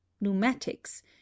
pneumatics